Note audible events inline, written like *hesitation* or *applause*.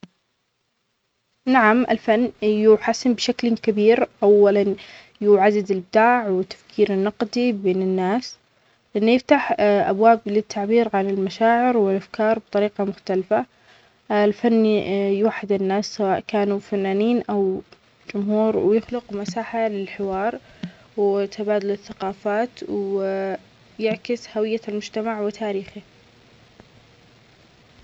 نعم الفن يحسن بشكل كبير، أولا يعزز الإبداع والتفكير النقدى بين الناس، أنه يفتح *hesitation* أبواب للتعبير عن المشاعر والأفكار بطريقة مختلفة، أ-الفن ي-يوحد الناس سواء كانوا فنانين أو جمهور و يخلق مساحة للحوار وتبادل الثقافات ويعكس هوية المجتمع وتاريخه.